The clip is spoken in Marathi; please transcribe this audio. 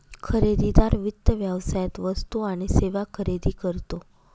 खरेदीदार वित्त व्यवसायात वस्तू आणि सेवा खरेदी करतो